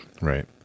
Right